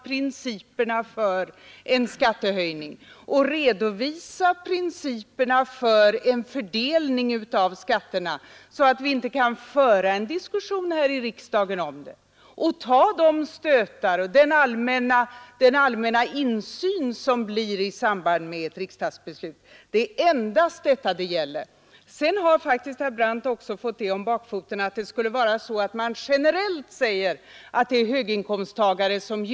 Vi är väl inte så rädda, hoppas jag, för att klart redovisa principerna för en skattehöjning och för en fördelning av skatterna, att vi inte kan föra en diskussion här i riksdagen om det och ta de stötar och den allmänna insyn som det blir i samband med ett riksdagsbeslut? Det är detta det gäller. Herr Brandt har faktiskt också fått det hela om bakfoten när han säger att en indexreglering generellt skulle gynna höginkomsttagare.